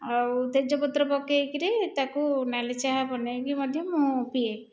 ଆଉ ତେଜପତ୍ର ପକେଇକରି ତାକୁ ନାଲି ଚାହା ବନାଇକି ମଧ୍ୟ ମୁଁ ପିଏ